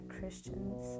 Christians